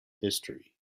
history